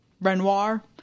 Renoir